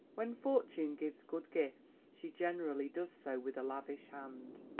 when fortune gives good gifts, she generally does so with a lavish hand.